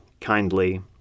kindly